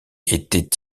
était